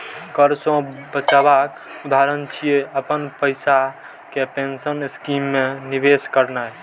कर सं बचावक उदाहरण छियै, अपन पैसा कें पेंशन स्कीम मे निवेश करनाय